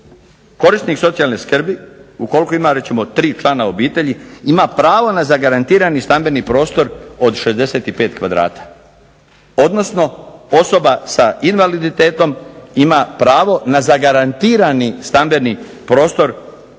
korisnik socijalne skrbi ukoliko ima reći ćemo 3 člana obitelji ima pravo na zagarantirani stambeni prostor od 65 kvadrata, odnosno osoba s invaliditetom ima pravo na zagarantirani stambeni prostor gotovo 75 kvadrata.